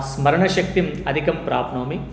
स्मरणशक्तिम् अधिकं प्राप्नोमि